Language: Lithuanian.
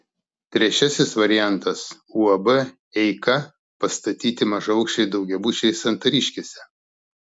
trečiasis variantas uab eika pastatyti mažaaukščiai daugiabučiai santariškėse